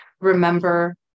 Remember